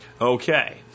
Okay